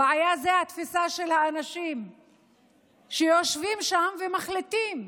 הבעיה זה התפיסה של האנשים שיושבים שם ומחליטים.